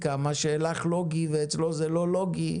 וגם לא על ההסמכה